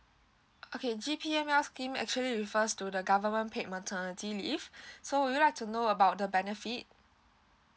okay G_P_M_L scheme actually refers to the government paid maternity leave so would you like to know about the benefit